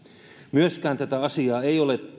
tätä asiaa ei ole myöskään